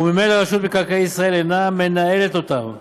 וממילא רשות מקרקעי ישראל אינה מנהלת אותם.